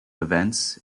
events